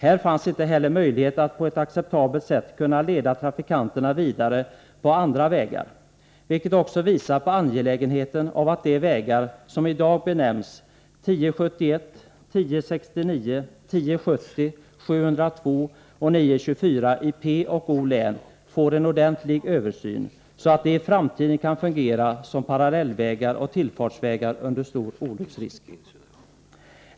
Det finns inte möjlighet att på ett acceptabelt sätt leda trafikanterna vidare på andra vägar, vilket också visar på angelägenheten av att de vägar i Göteborgs och Bohus län samt Älvsborgs län som i dag benämns 1071, 1069, 1070, 0702 samt 0924 får en ordentlig översyn, så att de i framtiden kan fungera som parallellvägar och tillfartsvägar utan stor olycksrisk.